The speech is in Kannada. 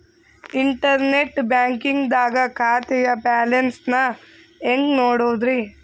ಇಂಟರ್ನೆಟ್ ಬ್ಯಾಂಕಿಂಗ್ ದಾಗ ಖಾತೆಯ ಬ್ಯಾಲೆನ್ಸ್ ನ ಹೆಂಗ್ ನೋಡುದ್ರಿ?